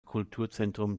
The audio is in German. kulturzentrum